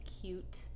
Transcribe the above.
cute